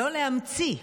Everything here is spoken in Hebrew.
לא להמציא.